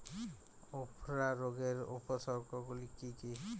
উফরা রোগের উপসর্গগুলি কি কি?